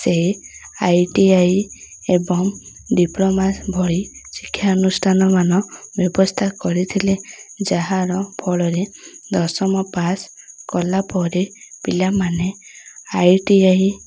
ସେ ଆଇଟିଆଇ ଏବଂ ଡିପ୍ଲୋମା ଭଳି ଶିକ୍ଷାନୁଷ୍ଠାନମାନ ବ୍ୟବସ୍ଥା କରିଥିଲେ ଯାହାର ଫଳରେ ଦଶମ ପାସ୍ କଲା ପରେ ପିଲାମାନେ ଆଇଟିଆଇ